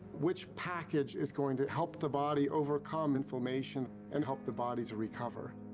which package is going to help the body overcome inflammation and help the body to recover.